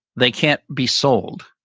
they can't be sold.